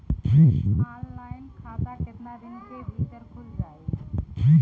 Online खाता केतना दिन के भीतर ख़ुल जाई?